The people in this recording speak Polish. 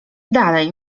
dalej